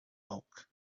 bulk